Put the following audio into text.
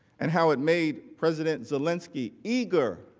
and how it made president zelensky eager